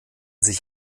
sich